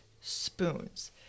Spoons